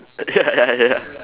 ya ya ya ya